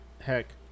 Heck